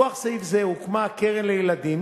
מכוח סעיף זה הוקמה הקרן לילדים